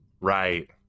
right